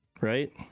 right